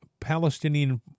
Palestinian